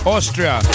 Austria